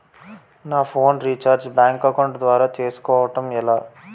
నా phone recharge bank account ద్వారా చేసుకోవటం ఎలా?